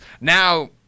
Now